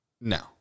No